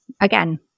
again